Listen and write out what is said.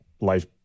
life